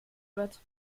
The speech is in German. wird